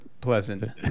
pleasant